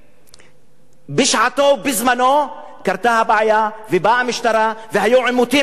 בשעתו ובזמנו קרתה הבעיה ובאה המשטרה והיו עימותים עם האנשים והתושבים.